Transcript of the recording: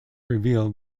revealed